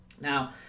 Now